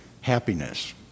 happiness